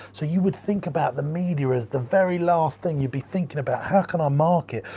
so you would think about the media as the very last thing you'd be thinking about, how can i market?